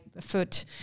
foot